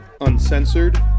uncensored